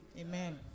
Amen